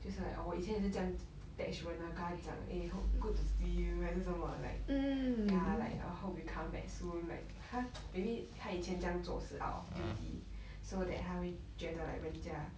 就是 like oh 我以前也是这样 text 人 lah 跟他讲 eh hope good to see you 还是什么 like ya like hope you come back soon like 他 maybe 他以前这样做是 out of duty so that 他会觉得 like 人家